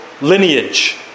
lineage